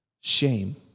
shame